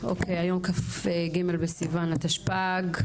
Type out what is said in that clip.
היום כ"ג בסיוון, התשפ"ג.